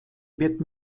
wird